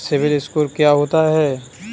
CIBIL score क्या होता है?